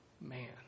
man